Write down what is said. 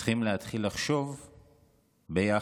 צריכים להתחיל לחשוב ביחד